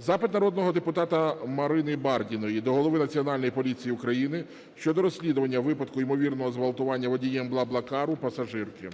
Запит народного депутата Марини Бардіної до голови Національної поліції України щодо розслідування випадку ймовірного зґвалтування водієм "БлаБлаКару" пасажирки.